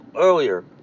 earlier